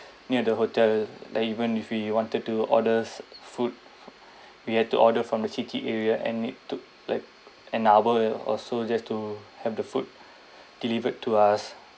near the hotel like even if we wanted to orders food we had to order from the city area and it took like an hour or so just to have the food delivered to us